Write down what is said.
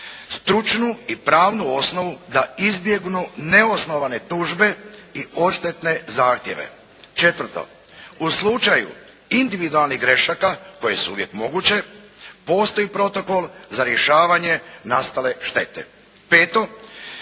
stručnu i pravnu osnovu da izbjegnu neosnovane tužbe i odštetne zahtjeve. Četvrto, u slučaju individualnih grešaka koje su uvijek moguće postoji protokol za rješavanje nastale štete.